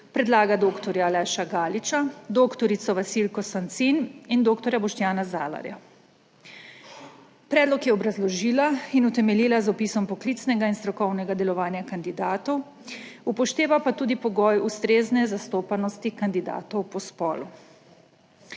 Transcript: predlaga dr. Aleša Galiča, dr. Vasilko Sancin in dr. Boštjana Zalarja. Predlog je obrazložila in utemeljila z opisom poklicnega in strokovnega delovanja kandidatov, upoštevala pa je tudi pogoj ustrezne zastopanosti kandidatov po spolu.